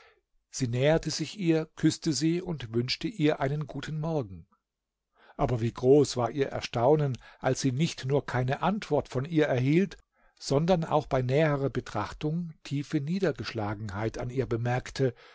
sie näherte sich ihr küßte sie und wünschte ihr einen guten morgen aber wie groß war ihr erstaunen als sie nicht nur keine antwort von ihr erhielt sondern auch bei näherer betrachtung tiefe niedergeschlagenheit an ihr bemerkte